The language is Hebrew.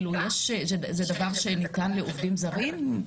זה דבר שניתן לעובדים זרים?